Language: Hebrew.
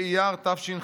אייר תש"ח,